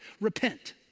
repent